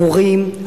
מורים,